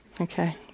Okay